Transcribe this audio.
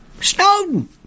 Snowden